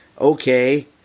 Okay